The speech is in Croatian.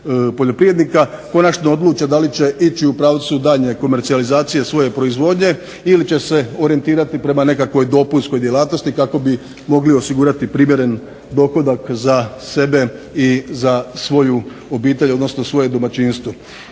konačno odluče da li će ići u pravcu daljnje komercijalizacije svoje proizvodnje ili će se orijentirati prema nekakvoj dopunskoj djelatnosti kako bi mogli osigurati primjeren dohodak za sebe i za svoju obitelj, odnosno svoje domaćinstvo.